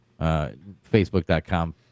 Facebook.com